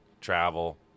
travel